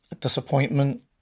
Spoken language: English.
disappointment